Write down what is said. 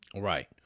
Right